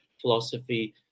philosophy